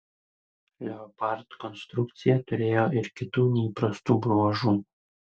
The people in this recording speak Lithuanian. leopard konstrukcija turėjo ir kitų neįprastų bruožų